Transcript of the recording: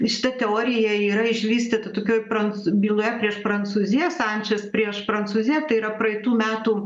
šita teorija yra išvystyta tokioj pranc byloje prieš prancūziją sančes prieš prancūziją tai yra praeitų metų